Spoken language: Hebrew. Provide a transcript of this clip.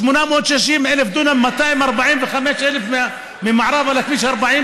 860,000 דונם, 245,000 הם ממערבה לכביש 40,